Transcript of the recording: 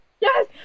Yes